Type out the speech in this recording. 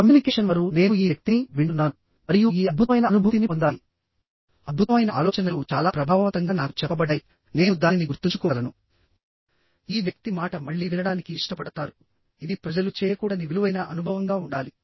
communication వారు నేను ఈ వ్యక్తిని వింటున్నాను మరియు ఈ అద్భుతమైన అనుభూతిని పొందాలి అద్భుతమైన ఆలోచనలు చాలా ప్రభావవంతంగా నాకు చెప్పబడ్డాయి నేను దానిని గుర్తుంచుకోగలను ఈ వ్యక్తి మాట మళ్ళీ వినడానికి ఇష్టపడతారు ఇది ప్రజలు చేయకూడని విలువైన అనుభవంగా ఉండాలి